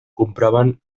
compraven